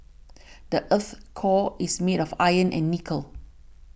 the earth's core is made of iron and nickel